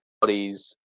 bodies